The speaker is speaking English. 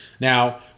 Now